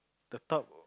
the top